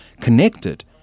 connected